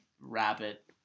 rabbit